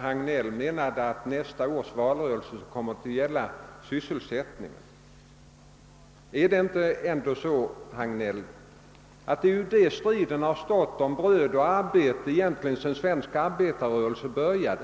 Han menade att nästa års valrörelse skulle komma att gälla sysselsättningen, men har inte striden egentligen stått om bröd och arbete ända sedan svensk arbetarrörelse kom till?